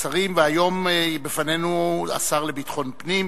לשרים, והיום בפנינו השר לביטחון פנים,